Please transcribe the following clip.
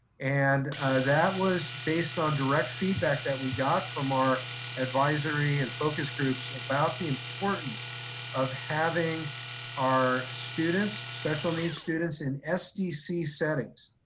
and that was based on direct feedback that we got from our advisory and focus groups about the importance of having our special needs students in sdc settings.